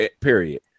period